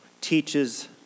teaches